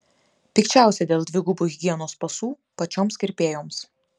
pikčiausia dėl dvigubų higienos pasų pačioms kirpėjoms